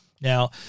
Now